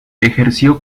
ejerció